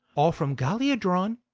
all from gallia drawn,